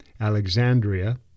Alexandria